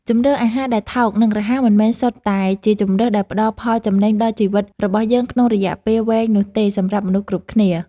ជម្រើសអាហារដែលថោក និងរហ័សមិនមែនសុទ្ធតែជាជម្រើសដែលផ្តល់ផលចំណេញដល់ជីវិតរបស់យើងក្នុងរយៈពេលវែងនោះទេសម្រាប់មនុស្សគ្រប់គ្នា។